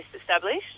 established